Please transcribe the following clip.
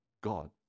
God